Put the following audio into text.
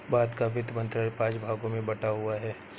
भारत का वित्त मंत्रालय पांच भागों में बटा हुआ है